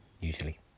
usually